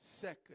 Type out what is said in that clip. second